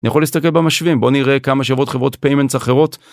אני יכול להסתכל במשווים בוא נראה כמה שבועות חברות פיימנטס אחרות.